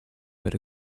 but